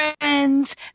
friends